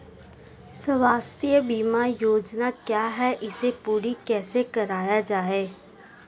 स्वास्थ्य बीमा योजना क्या है इसे पूरी कैसे कराया जाए?